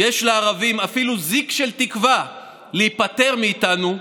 יש לערבים אפילו זיק של תקווה להיפטר מאיתנו,